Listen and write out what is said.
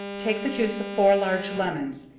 take the juice of four large lemons,